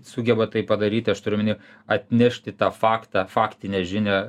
sugeba tai padaryti aš turiu omeny atnešti tą faktą faktinę žinią